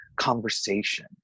conversation